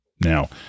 Now